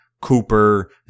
Cooper